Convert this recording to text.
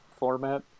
Format